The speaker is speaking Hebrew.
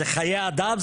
זה חיי אדם,